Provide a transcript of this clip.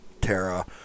Terra